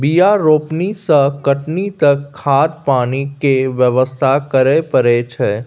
बीया रोपनी सँ कटनी तक खाद पानि केर बेवस्था करय परय छै